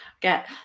get